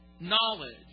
Knowledge